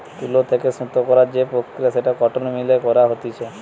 তুলো থেকে সুতো করার যে প্রক্রিয়া সেটা কটন মিল এ করা হতিছে